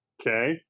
okay